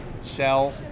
sell